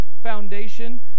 foundation